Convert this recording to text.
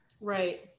Right